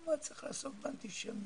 למה צריך לעסוק באנטישמיות,